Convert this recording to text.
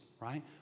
right